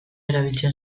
erabiltzen